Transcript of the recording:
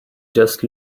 just